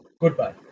Goodbye